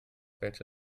welche